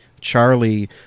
Charlie